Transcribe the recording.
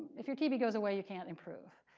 if your tb goes away, you can't improve.